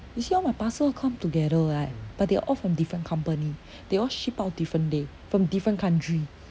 you see all my parcel come together right but they all from different company they all ship out different day from different country